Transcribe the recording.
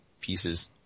pieces